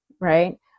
right